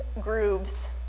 grooves